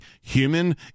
human